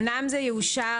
אמנם זה יאושר,